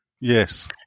Yes